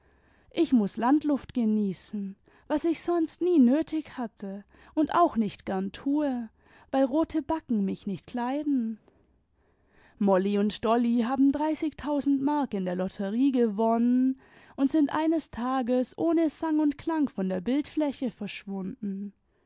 ich muß landluft genießen was ich sonst nie nötig hatte und auch nicht gern tue weil rote backen mich nicht kleiden molly und dolly haben dreißigtausend mark in der lotterie gewonnen und sind eines tages ohne sang und klang von der bildfläche verschwunden